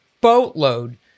boatload